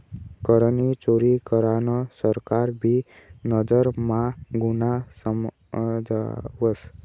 करनी चोरी करान सरकार भी नजर म्हा गुन्हा समजावस